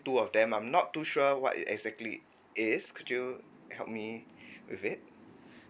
two of them I'm not too sure what it exactly is could you help me with it